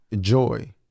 joy